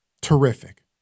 terrific